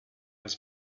was